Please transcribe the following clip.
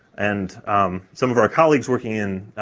and some of our colleagues working in